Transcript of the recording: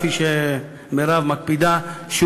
כפי שמרב מקפידה לומר.